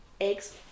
eggs